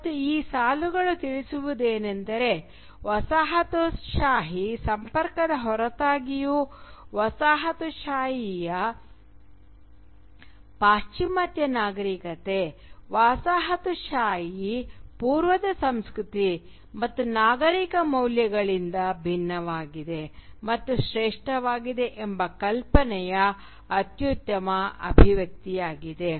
ಮತ್ತು ಈ ಸಾಲುಗಳು ತಿಳಿಸುವುದೇನೆಂದರೆ ವಸಾಹತುಶಾಹಿ ಸಂಪರ್ಕದ ಹೊರತಾಗಿಯೂ ವಸಾಹತುಶಾಹಿಯ ಪಾಶ್ಚಿಮಾತ್ಯ ನಾಗರಿಕತೆ ವಸಾಹತುಶಾಹಿ ಪೂರ್ವದ ಸಂಸ್ಕೃತಿ ಮತ್ತು ನಾಗರಿಕ ಮೌಲ್ಯಗಳಿಗಿಂತ ಭಿನ್ನವಾಗಿದೆ ಮತ್ತು ಶ್ರೇಷ್ಠವಾಗಿದೆ ಎಂಬ ಕಲ್ಪನೆಯ ಅತ್ಯುತ್ತಮ ಅಭಿವ್ಯಕ್ತಿಯಾಗಿದೆ